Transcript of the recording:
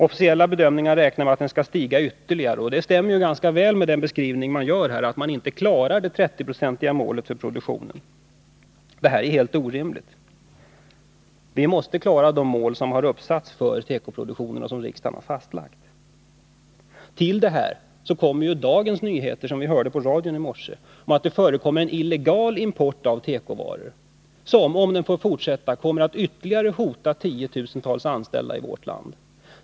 Officiella bedömningar räknar med att den skall stiga ytterligare, och det stämmer ganska väl med vad som sägs i propositionen om att vi inte klarar målsättningen om en 30-procentig självförsörjning. Detta är helt orimligt. Vi måste klara det mål som har satts upp för tekoproduktionen och som riksdagen har fastlagt. Till det här kommer de nyheter som vi kunde höra på radion i morse om att det förekommer en illegal import av tekovaror som, om den får fortsätta, kommer att hota ytterligare tiotusentals anställda i vårt land.